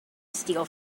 steal